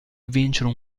vincere